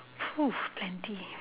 plenty